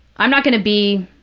i'm not going to be,